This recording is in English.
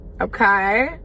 okay